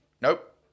nope